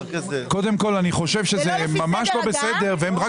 קודם כל אני חושב שזה ממש לא בסדר והם רק